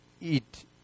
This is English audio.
eat